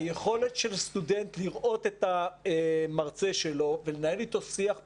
היכולת של סטודנט לראות את המרצה שלו ולנהל איתו שיח פתוח,